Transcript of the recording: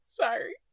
sorry